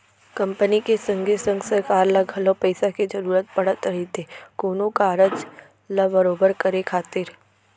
company के संगे संग सरकार ल घलौ पइसा के जरूरत पड़त रहिथे कोनो कारज ल बरोबर करे खातिर